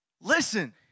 Listen